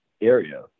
area